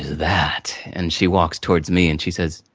that? and, she walks towards me, and she says,